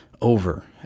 over